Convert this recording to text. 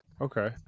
Okay